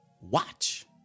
Watch